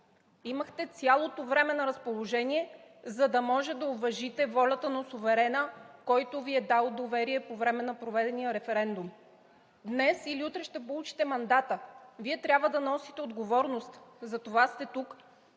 Имахте цялото време на разположение, за да може да уважите волята на суверена, който Ви е дал доверие по време на проведения референдум. Днес или утре ще получите мандата. Вие, трябва да носите отговорност, за това сте тук.